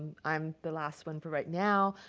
i'm the last one for right now.